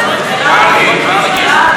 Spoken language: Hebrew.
תודה,